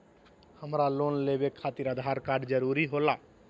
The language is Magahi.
हमरा लोन लेवे खातिर आधार कार्ड जरूरी होला?